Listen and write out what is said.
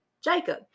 Jacob